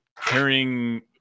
carrying